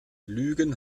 lügen